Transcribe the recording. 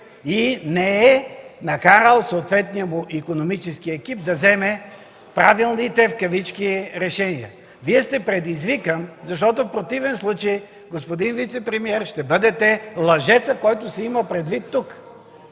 и не е накарал съответния му икономически екип да вземе правилните – в кавички, решения. Вие сте предизвикан, защото в противен случай, господин вицепремиер, ще бъдете лъжецът, който се има предвид тук.